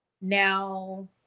now